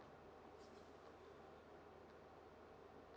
oh